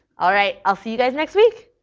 all right, i'll see you guys next week.